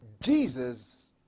Jesus